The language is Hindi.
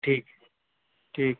ठीक ठीक